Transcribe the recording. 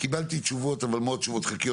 קיבלתי תשובות אבל מאוד חלקיות,